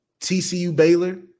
TCU-Baylor